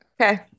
okay